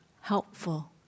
helpful